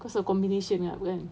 cause of combination kan